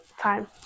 time